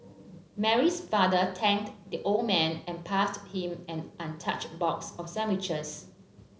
Mary's father thanked the old man and passed him an untouched box of sandwiches